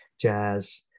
jazz